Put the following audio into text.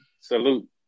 Salute